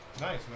Nice